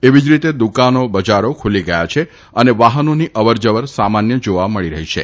એવી જ રીતે દુકાનો બજારો ખુલી ગયા છે અને વાહનોની અવર જવર સામાન્ય જાવા મળી રહી છે